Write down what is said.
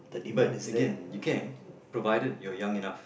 but again you can provided you're young enough